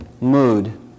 mood